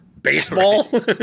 baseball